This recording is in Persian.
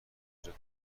رفاه